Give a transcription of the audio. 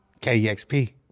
KEXP